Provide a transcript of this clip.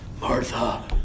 Martha